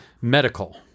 Medical